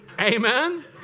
amen